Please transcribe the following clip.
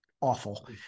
awful